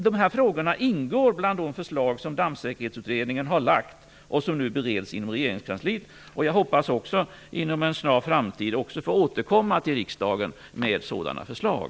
Dessa frågor ingår bland de förslag som Dammsäkerhetsutredningen har tagit upp, som nu bereds inom regeringskansliet. Jag hoppas inom en snar framtid få återkomma till riksdagen med sådana förslag.